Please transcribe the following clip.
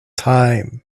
time